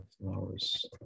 flowers